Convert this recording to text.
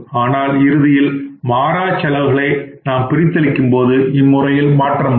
ஆனால் இறுதியில் மாறாச்செலவுகளை நாம் பிரித்தளிக்கும் பொழுது இம்முறையில் மாற்றம் வரும்